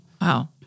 Wow